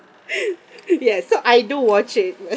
yes so I do watch it